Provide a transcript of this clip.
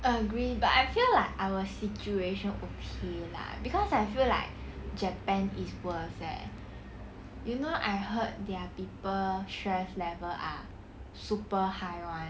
agree but I feel like our situation okay lah cause I feel like japan is worse eh you know I heard their people stress level are super high [one]